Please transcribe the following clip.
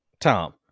Tom